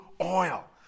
oil